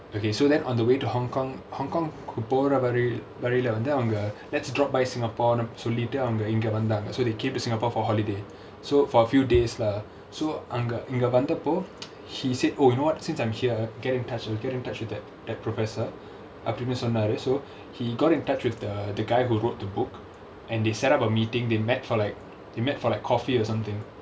okay so then on the way to hong kong hong kong வழில வந்து வந்து அவங்க:valila vandhu vandhu avanga let's drop by singapore சொல்லிட்டு அவங்க இங்க வந்தாங்க:sollittu avanga inga vandhaanga so they came to singapore for holiday so for a few days lah so அங்க இங்க வந்தப்போ:anga inga vandhappo he said oh you know what since I'm here I'll get in touch I'll get in touch with that that professor அப்புறமா சொன்னாரு:appuramaa sonnaaru so he got in touch with the the guy who wrote the book and they set up a meeting they met for like they met for like coffee or something